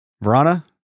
Verona